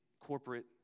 corporate